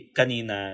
kanina